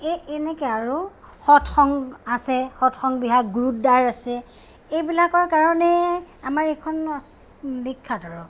এই এনেকে আৰু সৎসংগ আছে সৎসংগ বিহাৰ গুৰুদ্বাৰ আছে এইবিলাকৰ কাৰণে আমাৰ এইখন বিখ্যাত আৰু